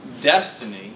destiny